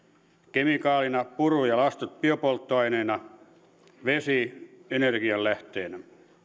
kemikaalina puru ja lastut biopolttoaineina vesi energianlähteenä